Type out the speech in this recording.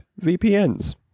VPNs